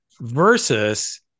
versus